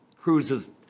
cruises